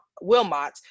Wilmot